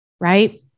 right